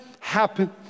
happen